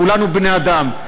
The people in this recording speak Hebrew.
כולנו בני-אדם.